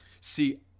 See